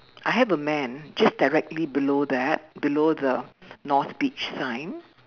I have a man just directly below that below the north beach line